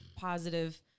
positive